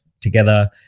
together